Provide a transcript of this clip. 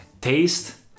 taste